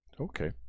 Okay